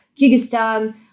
Kyrgyzstan